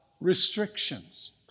restrictions